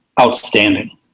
outstanding